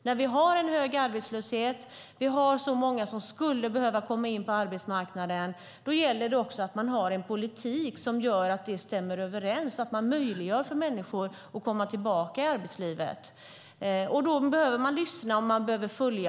När vi har en hög arbetslöshet och så många som skulle behöva komma in på arbetsmarknaden gäller det att ha en politik som möjliggör för människor att komma tillbaka i arbetslivet. Då behöver man lyssna.